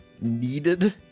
needed